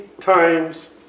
times